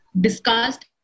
discussed